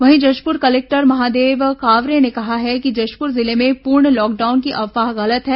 वहीं जशपुर कलेक्टर महादेव कावरे ने कहा है कि जशपुर जिले में पूर्ण लॉकडाउन की अफवाह गलत है